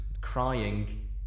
crying